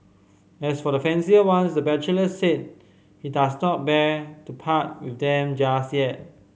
as for the fancier ones the bachelor said he does not bear to part with them just yet